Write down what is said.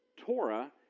Torah